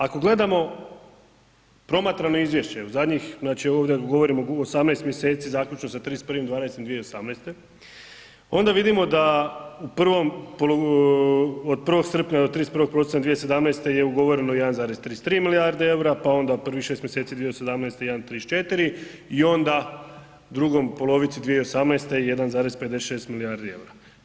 Ako gledamo promatrano izvješće u zadnjih, znači ovdje govorimo o 18 mjeseci zaključno sa 31.12.2018. onda vidimo da od 1. srpnja do 31. prosinca 2017. je ugovoreno 1,33 milijarde eura, pa onda u prvih 6 mjeseci 2017. 1,34 i onda drugoj polovici 2018. 1,56 milijardi eura.